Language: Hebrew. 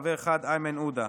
חבר אחד: איימן עודה.